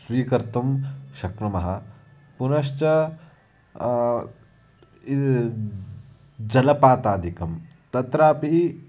स्वीकर्तुं शक्नुमः पुनश्च जलपातादिकं तत्रापि